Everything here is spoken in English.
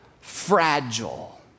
fragile